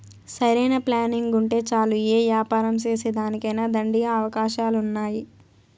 సరైన ప్లానింగుంటే చాలు యే యాపారం సేసేదానికైనా దండిగా అవకాశాలున్నాయి